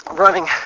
running